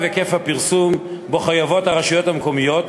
היקף הפרסום שבו חייבות הרשויות המקומיות,